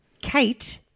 Kate